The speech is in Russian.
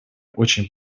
очень